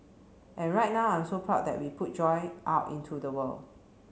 and right now I'm so proud that we put joy out into the world